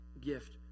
gift